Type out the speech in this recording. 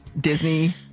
Disney